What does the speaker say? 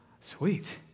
sweet